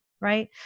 right